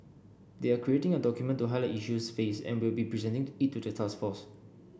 they are creating a document to highlight issues faced and will be presenting it to the task force